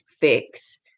fix